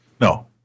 No